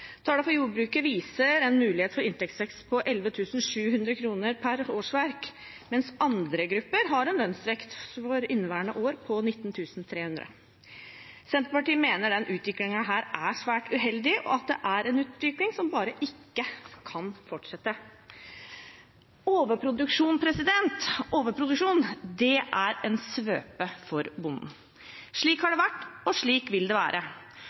Tallene for jordbruket viser en mulighet for inntektsvekst på 11 700 kr per årsverk, mens andre grupper har en lønnsvekst for inneværende år på 19 300 kr. Senterpartiet mener denne utviklingen er svært uheldig, og at det er en utvikling som bare ikke kan fortsette. Overproduksjon er en svøpe for bonden. Slik har det vært, og slik vil det være.